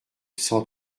cent